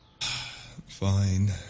Fine